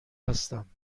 هستم